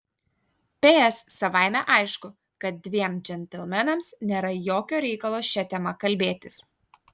ps savaime aišku kad dviem džentelmenams nėra jokio reikalo šia tema kalbėtis